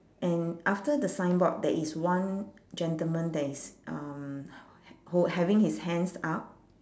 and after the signboard there is one gentleman that is um h~ ho~ having his hands up